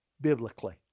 biblically